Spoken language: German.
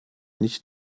nicht